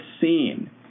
seen